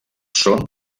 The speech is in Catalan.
són